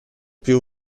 più